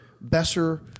Besser